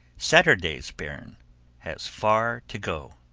saturday's bairn has far to go.